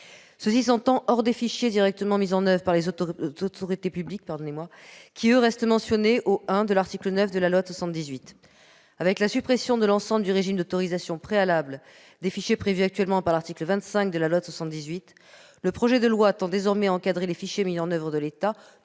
Cela s'entend hors des fichiers directement mis en oeuvre par les autorités publiques qui, eux, restent mentionnés au 1° de l'article 9 de la loi de 1978. Avec la suppression de l'ensemble du régime d'autorisation préalable des fichiers prévu actuellement par l'article 25 de la loi du 6 janvier 1978, le projet de loi tend désormais à encadrer les fichiers mis en oeuvre par l'État